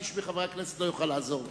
איש מחברי הכנסת לא יוכל לעזור לו.